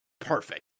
Perfect